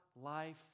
life